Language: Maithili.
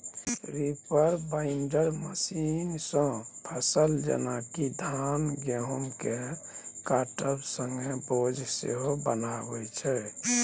रिपर बांइडर मशीनसँ फसल जेना कि धान गहुँमकेँ काटब संगे बोझ सेहो बन्हाबै छै